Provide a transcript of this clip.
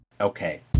okay